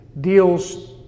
deals